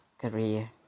career